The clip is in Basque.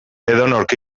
edonork